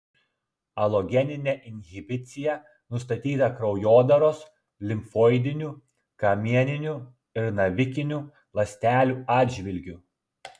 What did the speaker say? alogeninė inhibicija nustatyta kraujodaros limfoidinių kamieninių ir navikinių ląstelių atžvilgiu